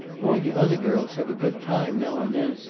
all the other girls have a good time now and then,